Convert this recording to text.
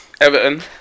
Everton